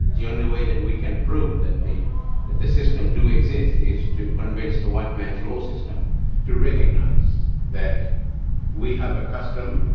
the only way that we can prove that the that the system do exist is to convince the white man's law system to recognise that we have a custom,